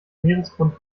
meeresgrund